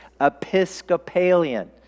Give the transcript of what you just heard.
Episcopalian